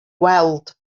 weld